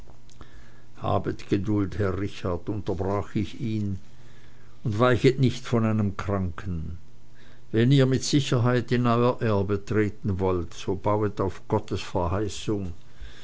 habet geduld herr richard unterbrach ich ihn und weichet nicht von einem kranken wenn ihr mit sicherheit in euer erbe treten wollt bauet auf gottes verheißung